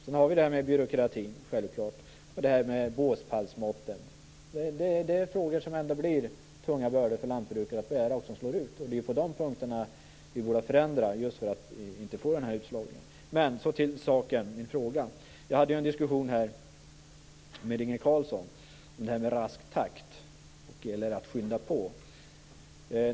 Sedan har vi självklart det här med byråkratin och det här med båspallsmåttet. Det är sådant som ändå blir tunga bördor för lantbrukare att bära och som slår ut dem. Det är på de punkterna som vi borde förändra så att vi inte får den här utslagningen. Men så till min fråga: Jag hade ju en diskussion med Inge Carlsson. Det gällde det här med "rask takt", eller att skynda på.